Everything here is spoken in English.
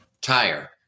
Tire